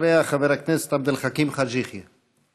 אחריה, חבר הכנסת עבד אל חכים חאג' יחיא.